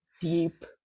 deep